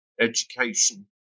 education